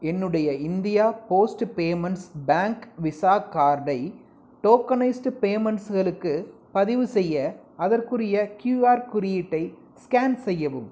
என்னுடைய India post payments bank visa கார்டை tokenised பேமென்ட்களுக்கு பதிவுசெய்ய அதற்குரிய கியூஆர் குறியீட்டை ஸ்கேன் செய்யவும்